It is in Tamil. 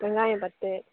வெங்காயம் பத்து